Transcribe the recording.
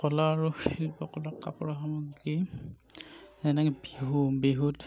কলা আৰু শিল্পকলাৰ কাপোৰৰ সামগ্ৰী যেনেকৈ বিহু বিহুত